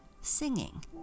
singing